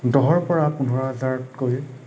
দহৰপৰা পোন্ধৰ হাজাৰতকৈ